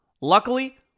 Luckily